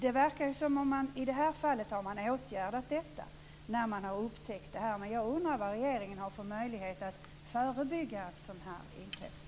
Det verkar som om man i detta fall har åtgärdat saken när man har upptäckt vad som skett. Jag undrar vad regeringen har för möjlighet att förebygga att sådant inträffar.